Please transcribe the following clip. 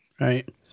right